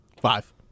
Five